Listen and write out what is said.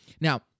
Now